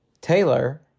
Taylor